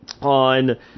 on